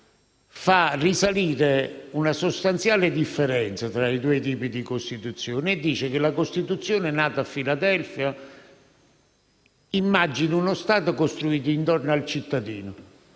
fa risalire una sostanziale differenza tra i due tipi di costituzione, sostenendo che la Costituzione nata a Philadelphia immagina uno Stato costruito intorno al cittadino,